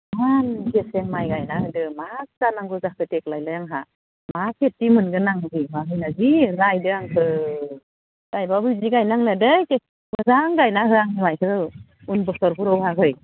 इमान गेसें माइ गायना होदो मा जानांगौ जाखो देग्लायलाय आंहा मा खिथि मोनगोन आं इदियावहा होनना जि रायदो आंखो गायब्लाबो इदि गायनांला दे मोजां गायना हो आंनो बाइ औ उन बोसोरफोरावहाहै